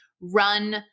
run